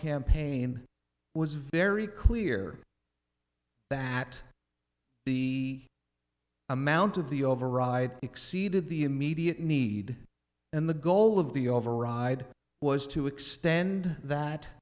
campaign was very clear that he amount of the override exceeded the immediate need and the goal of the override was to extend that